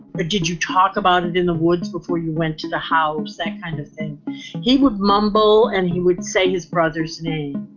did you talk about it in the woods before you went to the house? and kind of thing he would mumble and he would say his brother's name.